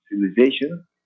civilization